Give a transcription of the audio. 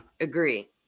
agree